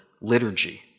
liturgy